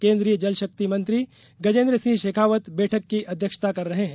केन्द्रीय जल शक्ति मंत्री गजेन्द्र सिंह शेखावत बैठक की अध्यक्षता कर रहे हैं